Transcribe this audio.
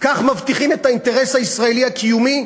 כך מבטיחים את האינטרס הישראלי הקיומי?